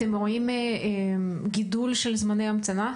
אתם רואים גידול של זמני המתנה?